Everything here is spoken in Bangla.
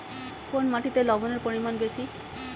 কোন মাটিতে লবণের পরিমাণ বেশি?